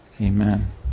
Amen